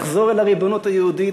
לחזור אל הריבונות היהודית,